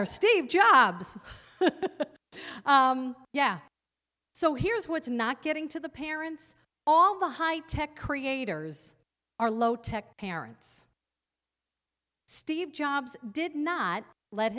our steve jobs yeah so here's what's not getting to the parents all the high tech creators our low tech parents steve jobs did not let